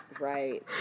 Right